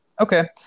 Okay